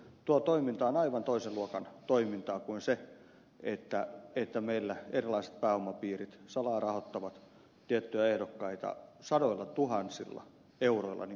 tuo toiminta on aivan toisen luokan toimintaa kuin se että meillä erilaiset pääomapiirit salaa rahoittavat tiettyjä ehdokkaita sadoillatuhansilla euroilla niin kuin viime vaaleissa